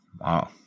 Wow